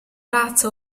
razza